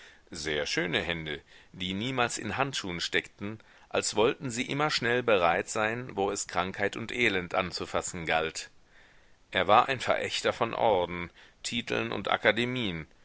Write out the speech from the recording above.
sehr schöne hände die niemals in handschuhen steckten als wollten sie immer schnell bereit sein wo es krankheit und elend anzufassen galt er war ein verächter von orden titeln und akademien